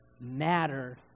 matter